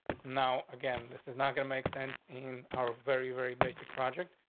now again, this is not gonna make sense. in are very, very basic project.